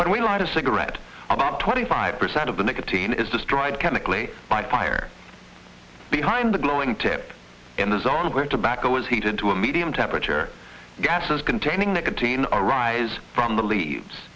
when we light a cigarette about twenty five percent of the nicotine is destroyed chemically by fire behind the glowing tip in this article tobacco is heated to a medium temperature gases containing nicotine arise from the leaves